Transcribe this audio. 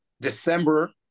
December